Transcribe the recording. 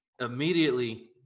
immediately